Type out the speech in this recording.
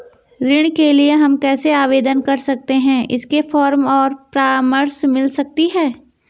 ऋण के लिए हम कैसे आवेदन कर सकते हैं इसके फॉर्म और परामर्श मिल सकती है?